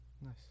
Nice